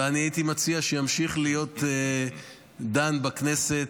והייתי מציע שימשיך להיות נדון בכנסת,